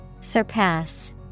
Surpass